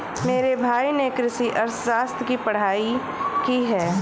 मेरे भाई ने कृषि अर्थशास्त्र की पढ़ाई की है